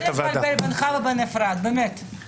הצעת החוק הזאת שמונחת כרגע בפנינו מה בעצם ההשלכות או הנזקים?